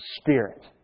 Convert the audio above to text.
Spirit